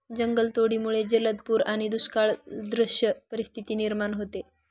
जंगलतोडीमुळे जलद पूर आणि दुष्काळसदृश परिस्थिती निर्माण होते